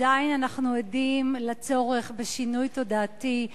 עדיין אנחנו עדים לצורך בשינוי תודעתי,